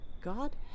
God